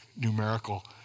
numerical